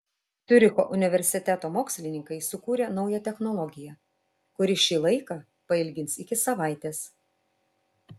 ciuricho universiteto mokslininkai sukūrė naują technologiją kuri šį laiką pailgins iki savaitės